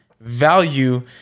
value